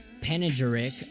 panegyric